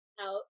out